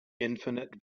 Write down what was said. infinite